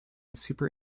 super